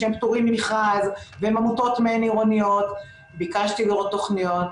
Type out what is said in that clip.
שהם פטורים ממכרז והם עמותות מעין עירוניות; ביקשתי לראות תוכניות,